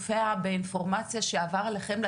כמו שאפרת אמרה באוקטובר בעצם הושלם שלב העברת המידע אל אנשי